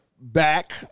back